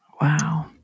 Wow